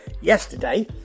yesterday